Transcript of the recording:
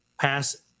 Pass